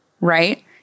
right